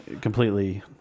completely